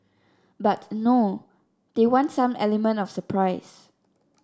but no they want some element of surprise